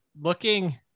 looking